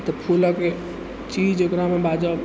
तऽ फूलके चीज ओकरामे बाजब